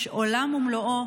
יש עולם ומלואו